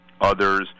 others